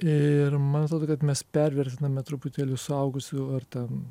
ir man atrodo kad mes pervertiname truputėlį suaugusiųjų ar ten